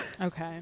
Okay